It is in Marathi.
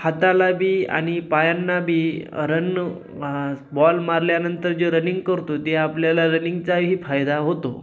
हाताला बी आणि पायांना बी रन बॉल मारल्यानंतर जे रनिंग करतो ते आपल्याला रनिंगचाही फायदा होतो